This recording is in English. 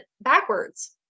backwards